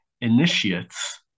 Initiates